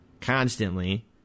constantly